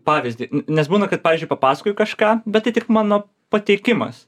pavyzdį nes būna kad pavyzdžiui papasakoju kažką bet tai tik mano pateikimas